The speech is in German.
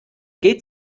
geht